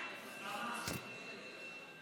אנחנו עוברים להצבעה.